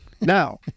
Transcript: Now